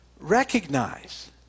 Recognize